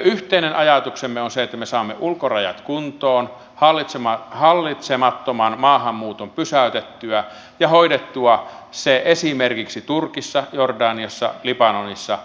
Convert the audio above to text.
yhteinen ajatuksemme on se että me saamme ulkorajat kuntoon hallitsemattoman maahanmuuton pysäytettyä ja esimerkiksi turkissa jordaniassa ja libanonissa